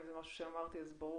אם זה ממשהו שאמרתי אז ברור